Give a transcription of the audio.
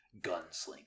gunslinger